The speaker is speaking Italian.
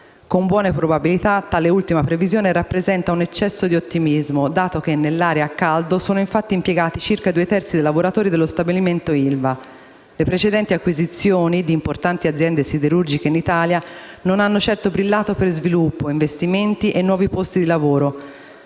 Con buone probabilità, tale ultima previsione rappresenta un eccesso di ottimismo, dato che nell'area a caldo sono, infatti, impiegati circa i due terzi dei lavoratori dello stabilimento ILVA. Le precedenti acquisizioni di importanti aziende siderurgiche in Italia non hanno certo brillato per sviluppo, investimenti e nuovi posti di lavoro;